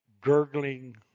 gurgling